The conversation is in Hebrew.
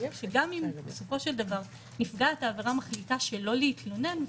וגם אם בסופו של דבר נפגעת העבירה מחליטה שלא להתלונן,